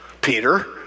Peter